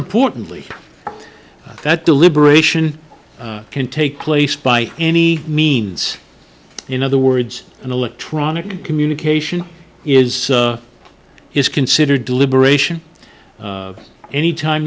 importantly that deliberation can take place by any means in other words an electronic communication is is considered deliberation anytime